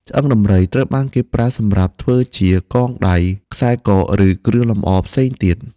ឆ្អឹងដំរីត្រូវបានគេប្រើសម្រាប់ធ្វើជាកងដៃ ខ្សែ ក ឬគ្រឿងលម្អផ្សេងទៀត។